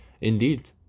Indeed